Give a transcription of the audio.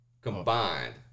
combined